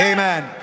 Amen